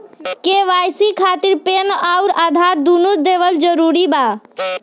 KYC खातिर PAN आउर आधार दुनों देवल जरूरी बा?